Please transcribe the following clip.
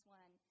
one